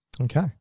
Okay